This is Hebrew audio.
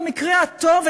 במקרה הטוב,